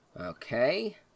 Okay